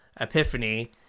Epiphany